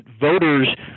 voters